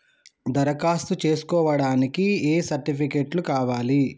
దరఖాస్తు చేస్కోవడానికి ఏ సర్టిఫికేట్స్ కావాలి?